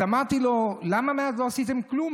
אז אמרתי לו: למה מאז לא עשיתם כלום?